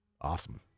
Awesome